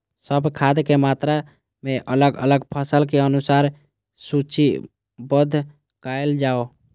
सब खाद के मात्रा के अलग अलग फसल के अनुसार सूचीबद्ध कायल जाओ?